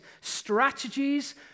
Strategies